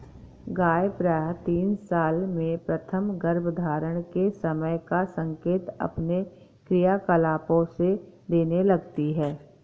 गाय प्रायः तीन साल में प्रथम गर्भधारण के समय का संकेत अपने क्रियाकलापों से देने लगती हैं